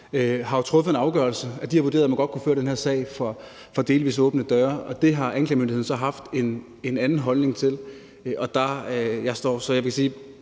har truffet en afgørelse, og de har vurderet, at man godt kunne føre den her sag for delvis åbne døre, og det har anklagemyndigheden så haft en anden holdning til.